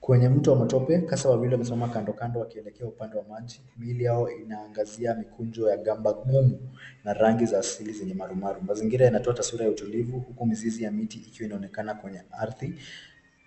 Kwenye mto wa matope, kasa wawili wamesimama kando kando wakiwelekea upande wa maji. Miili yao inaangazia mikunju ya gamba ngumu na rangi za asili zenye marumaru. Mazingira yanatoa taswira ya utulivu huku mizizi ya miti ikiwa inaonekana kwenye ardhi.